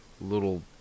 little